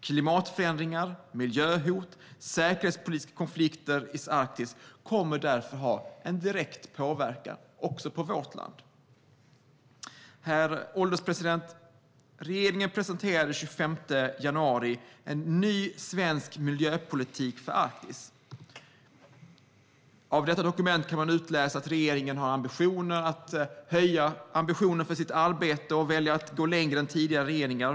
Klimatförändringar, miljöhot och säkerhetspolitiska konflikter i Arktis kommer därför att ha direkt påverkan också på vårt land. Herr ålderspresident! Regeringen presenterade den 25 januari en ny svensk miljöpolitik för Arktis. Av detta dokument kan man utläsa att regeringen vill höja ambitionen för sitt arbete och väljer att gå längre än tidigare regeringar.